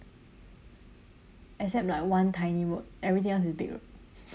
except like one tiny road everything else is big road